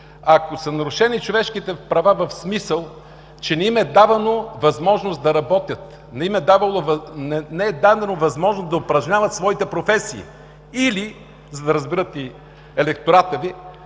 ако са нарушени човешките права в смисъл, че не им е давана възможност да работят, не им е дадена възможност да упражняват своите професии или, за да разбере и електоратът Ви,